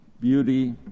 beauty